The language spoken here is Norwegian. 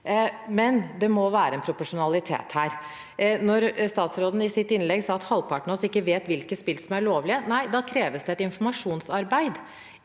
men det må være en proporsjonalitet her. Når statsråden i sitt innlegg sa at halvparten av oss ikke vet hvilke spill som er lovlige, kreves det et informasjonsarbeid,